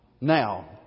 Now